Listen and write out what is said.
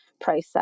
process